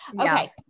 Okay